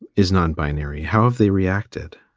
is non binary, how have they reacted?